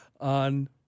on